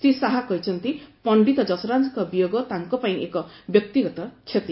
ଶ୍ରୀ ଶାହା କହିଛନ୍ତି ପଣ୍ଡିତ ଯଶରାଜଙ୍କର ବିୟୋଗ ତାଙ୍କ ପାଇଁ ଏକ ବ୍ୟକ୍ତିଗତ କ୍ଷତି